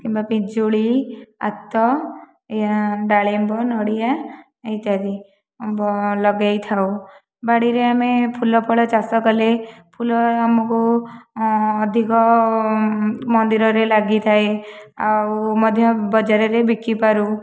କିମ୍ବା ପିଜୁଳି ଆତ ଏହା ଡାଳିମ୍ବ ନଡ଼ିଆ ଇତ୍ୟାଦି ଲଗାଇ ଥାଉ ବାଡ଼ିରେ ଆମେ ଫୁଲ ଫଳ ଚାଷ କଲେ ଫୁଲ ଆମକୁ ଅଧିକ ମନ୍ଦିରରେ ଲାଗିଥାଏ ଆଉ ମଧ୍ୟ ବଜାରରେ ବିକି ପାରୁ